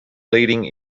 leading